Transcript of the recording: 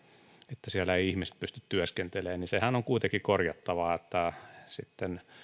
että siellä eivät ihmiset pysty työskentelemään joten sehän on kuitenkin korjattava sitten